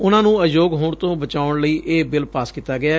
ਉਨੂਾਂ ਨੂੰ ਅਯੋਗ ਹੋਣ ਤੋਂ ਬਚਾਉਣ ਲਈ ਇਹ ਬਿਲ ਪਾਸ ਕੀਤਾ ਗਿਐ